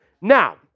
Now